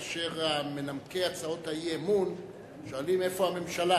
כאשר מנמקי הצעות האי-אמון שואלים איפה הממשלה,